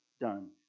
done